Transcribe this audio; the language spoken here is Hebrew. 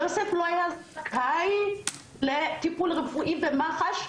יוסף לא היה זכאי לטיפול רפואי במח"ש?